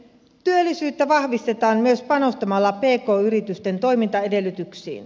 työllisyyttä vahvistetaan myös panostamalla pk yritysten toimintaedellytyksiin